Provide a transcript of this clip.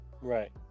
Right